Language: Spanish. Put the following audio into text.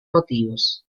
motivos